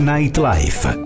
Nightlife